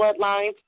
bloodlines